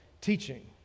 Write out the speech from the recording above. teaching